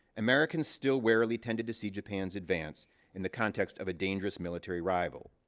americans still wearily tended to see japan's advance in the context of a dangerous military rival.